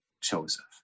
Joseph